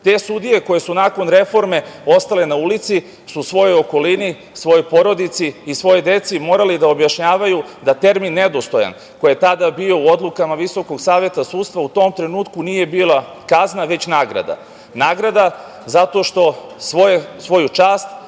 Te sudije koje su nakon reforme ostale na ulici su svojoj okolini, svojoj porodici i svojoj deci morale da objašnjavaju da termin „nedostajan“ koji je tada bio u odlukama Visokog saveta sudstva u tom trenutku nije bio kazna, već nagrada. Nagrada zato što svoju čast,